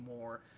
more